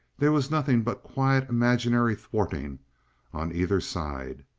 there was nothing but quiet imaginary thwarting on either side.